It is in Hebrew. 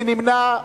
מי נמנע?